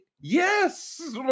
Yes